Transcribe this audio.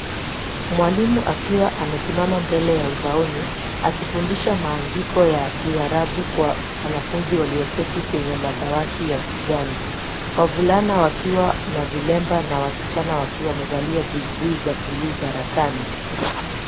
Mwalimu akiwa amesimama mbele ya ubaoni, akifundisha maandiko ya Kiarabu kwa wanafunzi walioketi kwenye madawati ya kijani. Wavulana wakiwa na vilemba na wasichana wakiwa wamevaa buibui za buluu darasani.